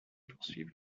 poursuivre